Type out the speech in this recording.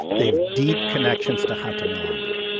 they have deep connections to hatam colombia.